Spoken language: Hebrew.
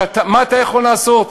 מה אתה יכול לעשות?